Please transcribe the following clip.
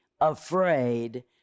afraid